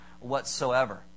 whatsoever